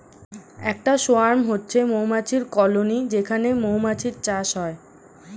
একটা সোয়ার্ম হচ্ছে মৌমাছির কলোনি যেখানে মৌমাছির চাষ হয়